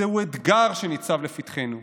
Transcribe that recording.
זהו אתגר שניצב לפתחנו.